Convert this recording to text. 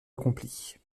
accompli